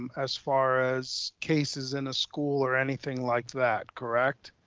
um as far as cases in a school or anything like that, correct?